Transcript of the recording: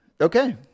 Okay